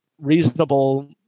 reasonable